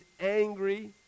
angry